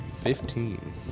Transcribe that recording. fifteen